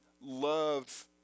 love